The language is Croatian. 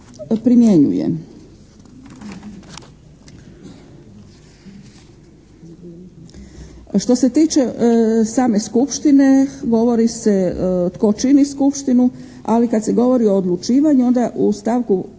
Što se tiče same skupštine govori se tko čini skupštinu. Ali kada se govori o odlučivanju onda u stavku,